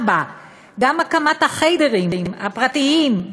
4. גם הקמת ה"חדרים" הפרטיים,